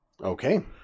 Okay